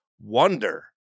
wonder